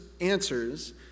answers